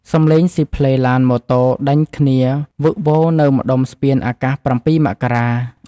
សំឡេងស៊ីផ្លេឡានម៉ូតូដេញគ្នាវឹកវរនៅម្ដុំស្ពានអាកាស ៧ មករា។